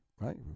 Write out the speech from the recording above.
right